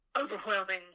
overwhelming